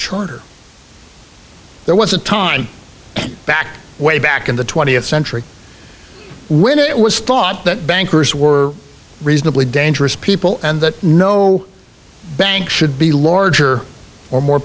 charter there was a time back way back in the twentieth century when it was thought that bankers were reasonably dangerous people and that no bank should be larger or more